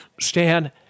Stan